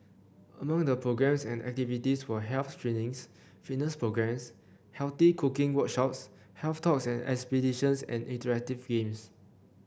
among the programmes and activities were health screenings fitness programmes healthy cooking workshops health talks and exhibitions and interactive games